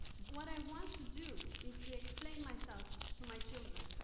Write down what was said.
what i want to do is to explain myself to my children,